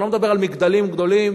אני לא מדבר על מגדלים גדולים,